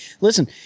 Listen